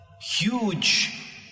huge